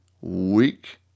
week